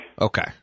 Okay